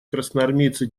красноармейцы